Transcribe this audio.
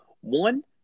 One